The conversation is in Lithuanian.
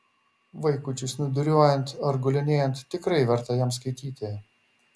vaikučiui snūduriuojant ar gulinėjant tikrai verta jam skaityti